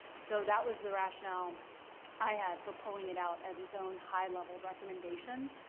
so that was the rationale i had for pulling it out as its own high-level recommendation,